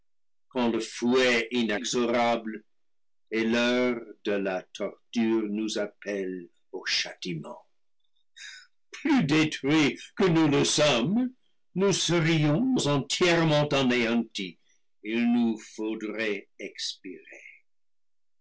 quand le fouet inexorable et l'heure de la torture nous appellent au châtiment plus détruits que nous le sommes nous serions entièrement anéantis il nous fau drait expirer